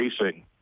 racing